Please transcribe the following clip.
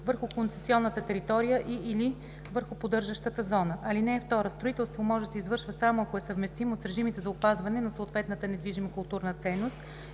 върху концесионната територия и/или върху поддържащата зона. (2) Строителство може да се извършва само ако е съвместимо с режимите за опазване на съответната недвижима културна ценност